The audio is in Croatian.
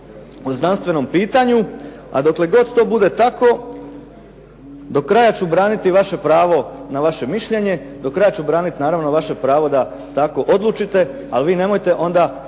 o znanstvenom pitanju. A dokle god to bude tako, do kraja ću braniti pravo na vaše mišljenje, do kraja ću braniti pravo da tako odlučite. Ali vi nemojte meni